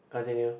continue